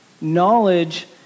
knowledge